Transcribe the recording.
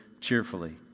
cheerfully